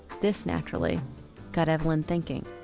this naturally got evelyn thinking.